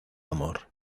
amor